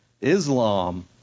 Islam